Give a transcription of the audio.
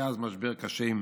היה אז משבר קשה עם